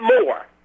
more